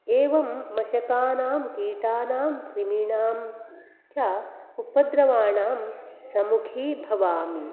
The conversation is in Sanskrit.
एवं मषकानां कीटानां कृमीणां च उपद्रवाणां समुखी भवामि